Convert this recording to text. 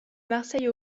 marseille